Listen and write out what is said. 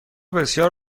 بسیار